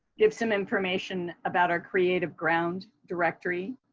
give some information about our creativeground directory.